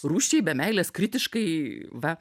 rūsčiai be meilės kritiškai va